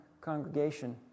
congregation